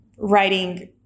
Writing